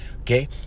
okay